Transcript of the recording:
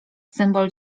symbol